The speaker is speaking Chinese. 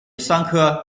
桑科